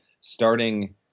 starting